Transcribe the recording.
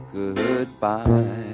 goodbye